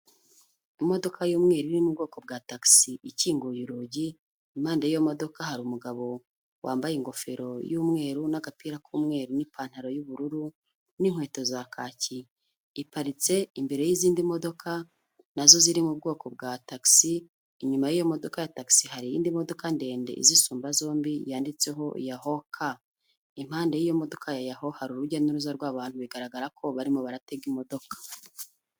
Imodoka y'umweru iri mu bwoko bwa taxi ikinguye urugi, impande y'iyo modoka hari umugabo wambaye ingofero y'umweru n'agapira k'umweru n'ipantaro y'ubururu n'inkweto za kaki. Iparitse imbere y'izindi modoka, na zo ziri mu bwoko bwa taxi, inyuma y'iyo modoka ya taxi hari iyindi modoka ndende izisumba zombi yanditseho yahoo car, impande y'iyo modoka yahoo hari urujya n'uruza rw'abantu bigaragara ko barimo baratega imodoka.